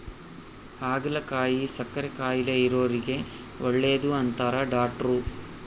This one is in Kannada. ಹಾಗಲಕಾಯಿ ಸಕ್ಕರೆ ಕಾಯಿಲೆ ಇರೊರಿಗೆ ಒಳ್ಳೆದು ಅಂತಾರ ಡಾಟ್ರು